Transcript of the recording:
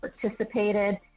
participated